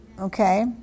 Okay